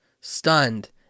stunned